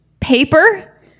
paper